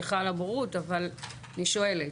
סליחה על הבורות, אבל אני שואלת.